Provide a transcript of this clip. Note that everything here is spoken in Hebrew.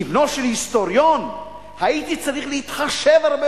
כבנו של היסטוריון הייתי צריך להתחשב הרבה